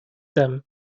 them